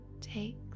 take